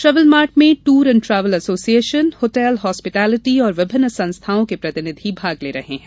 travel mart में ट्र and travel association hotel hospitality और विभिन्न संस्थाओं के प्रतिनिधि भाग ले रहे है